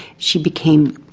she became